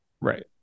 Right